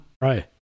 right